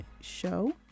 show